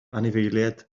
anifeiliaid